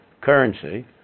currency